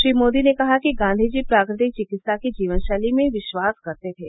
श्री मोदी ने कहा कि गांधी जी प्राकृतिक चिकित्सा की जीवन शैली में विश्वास करते थे